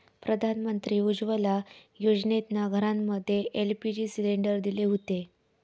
प्रधानमंत्री उज्ज्वला योजनेतना घरांमध्ये एल.पी.जी सिलेंडर दिले हुते